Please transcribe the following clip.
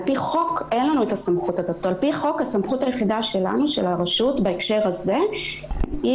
הסמכות היחידה של הרשות בהקשר הזה היא